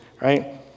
right